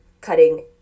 cutting